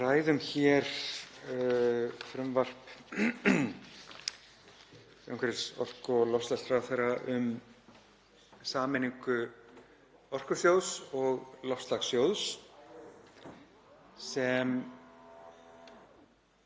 ræðum hér frumvarp umhverfis-, orku- og loftslagsráðherra um sameiningu Orkusjóðs og loftslagssjóðs.